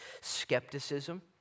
skepticism